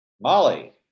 molly